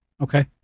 Okay